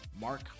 Mark